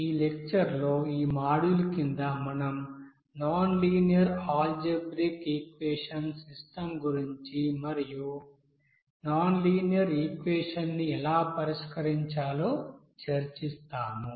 ఈ లెక్చర్ లో ఈ మాడ్యూల్ కింద మనం non linear algebraic equation system గురించి మరియు నాన్ లీనియర్ ఈక్యేషన్ ని ఎలా పరిష్కరించాలో చర్చిస్తాము